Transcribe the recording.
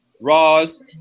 Roz